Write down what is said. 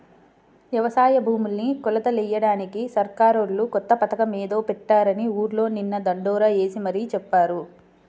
యవసాయ భూముల్ని కొలతలెయ్యడానికి సర్కారోళ్ళు కొత్త పథకమేదో పెట్టారని ఊర్లో నిన్న దండోరా యేసి మరీ చెప్పారు